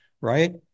right